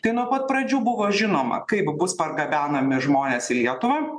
tai nuo pat pradžių buvo žinoma kaip bus pargabenami žmonės į lietuvą